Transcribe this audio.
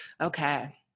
Okay